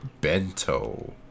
Bento